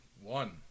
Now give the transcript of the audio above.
one